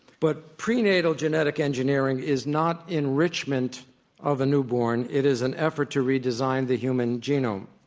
but prenatal genetic engineering is not enrichment of a newborn, it is an effort to redesign the human genome.